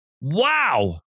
wow